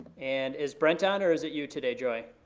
and is brent on or is it you today, joy?